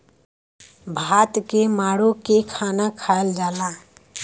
भात के माड़ो के खाना खायल जाला